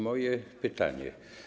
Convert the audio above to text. Moje pytanie.